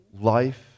life